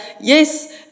yes